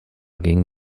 ging